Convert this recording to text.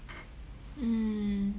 mm